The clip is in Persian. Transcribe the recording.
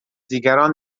دیگران